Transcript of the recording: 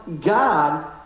God